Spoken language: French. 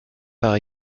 par